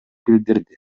билдирди